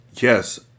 Yes